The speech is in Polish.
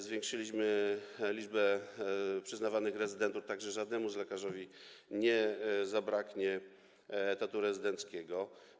Zwiększyliśmy liczbę przyznawanych rezydentur, tak że żadnemu z lekarzowi nie zabraknie etatu rezydenckiego.